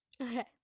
Okay